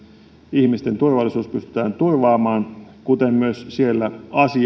ihmisten turvallisuus pystytään turvaamaan kuten myös siellä